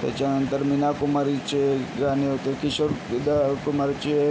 त्याच्यानंतर मीनाकुमारीचे गाणे होते किशोरदा कुमारचे